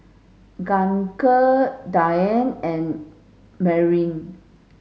Gaige Diane and Merrill